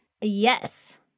yes